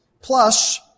plus